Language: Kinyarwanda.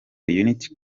unity